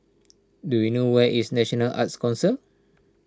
do you know where is National Arts Council